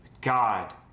God